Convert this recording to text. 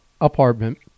apartment